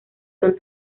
son